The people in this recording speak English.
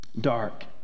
Dark